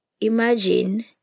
imagine